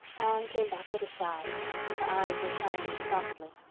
anne came back with a sigh her eyes were shining softly.